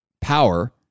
power